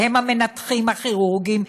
שהם המנתחים הכירורגיים?